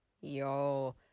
Yo